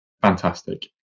fantastic